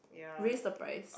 very surprised